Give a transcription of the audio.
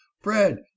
fred